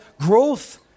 growth